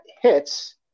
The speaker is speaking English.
hits